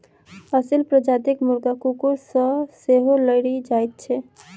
असील प्रजातिक मुर्गा कुकुर सॅ सेहो लड़ि जाइत छै